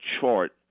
chart